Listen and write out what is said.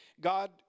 God